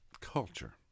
culture